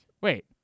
Wait